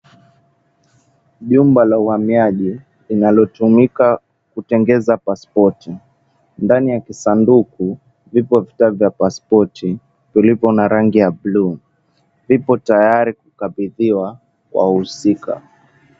Jumba la uhamiaji linalotumika kutengeza paspoti. Ndani ya kisanduku ipo vitabu vya paspoti vilivyo na rangi ya blue vipo tayari kukabidhiwa wahusika.